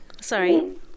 Sorry